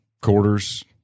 quarters